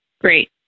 Great